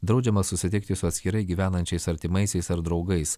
draudžiama susitikti su atskirai gyvenančiais artimaisiais ar draugais